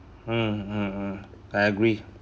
hmm hmm hmm I agree